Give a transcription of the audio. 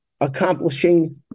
accomplishing